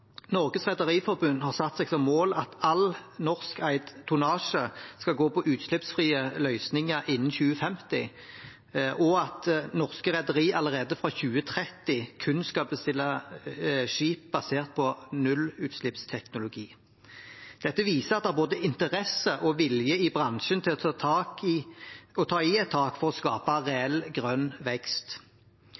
Norges Rederiforbund har satt seg som mål at all norskeid tonnasje skal gå på utslippsfrie løsninger innen 2050, og at norske rederier allerede fra 2030 kun skal bestille skip basert på nullutslippsteknologi. Dette viser at det er både interesse og vilje i bransjen til å ta i et tak for å skape reell grønn vekst.